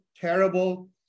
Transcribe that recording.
terrible